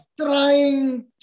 trying